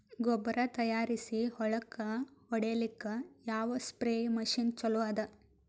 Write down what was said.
ಗೊಬ್ಬರ ತಯಾರಿಸಿ ಹೊಳ್ಳಕ ಹೊಡೇಲ್ಲಿಕ ಯಾವ ಸ್ಪ್ರಯ್ ಮಷಿನ್ ಚಲೋ ಅದ?